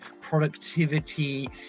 productivity